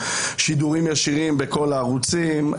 שידורים ישירים בכל הערוצים.